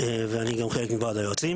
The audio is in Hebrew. על הסכום שהם שילמו.